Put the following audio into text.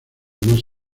más